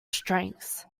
strengths